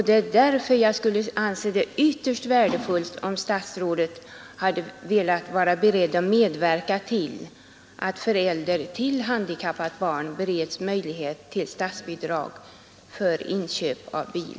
Det är därför som jag anser att det skulle vara ytterst värdefullt om statsrådet var beredd medverka till att förälder till handikappat barn bereds möjlighet att få statsbidrag för inköp av bil.